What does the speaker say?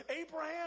Abraham